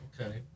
Okay